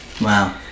Wow